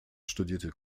studierte